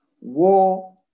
war